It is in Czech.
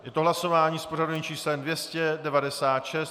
Je to hlasování s pořadovým číslem 296.